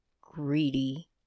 greedy